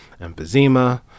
emphysema